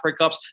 breakups